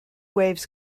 waves